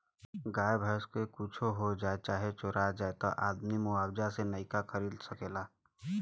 गाय भैंस क कुच्छो हो जाए चाहे चोरा जाए त आदमी मुआवजा से नइका खरीद सकेला